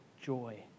joy